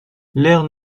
l’ère